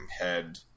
head